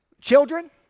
Children